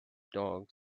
dog